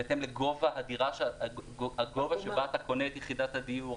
הגובה שבו אתה קונה את יחידת הדיור,